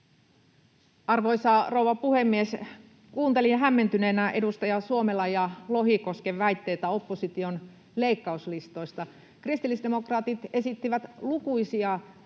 Arvoisa rouva puhemies! Kuuntelin hämmentyneenä edustajien Suomela ja Lohikoski väitteitä opposition leikkauslistoista. Kristillisdemokraatit esittivät omassa puheenvuorossaan